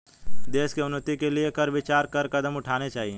देश की उन्नति के लिए कर विचार कर कदम उठाने चाहिए